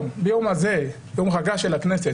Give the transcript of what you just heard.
ביום חגה של הכנסת,